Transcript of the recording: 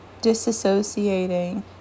disassociating